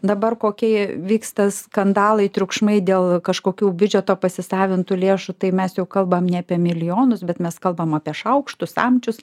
dabar kokie vyksta skandalai triukšmai dėl kažkokių biudžeto pasisavintų lėšų tai mes jau kalbam ne apie milijonus bet mes kalbam apie šaukštus samčius